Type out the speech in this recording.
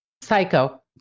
Psycho